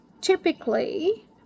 typically